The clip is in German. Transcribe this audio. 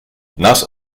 nass